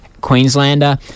Queenslander